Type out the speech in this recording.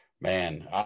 Man